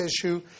issue